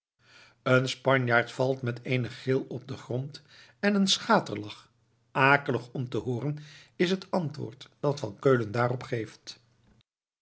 een spanjaard valt met eenen gil op den grond en een schaterlach akelig om te hooren is het antwoord dat van keulen daarop geeft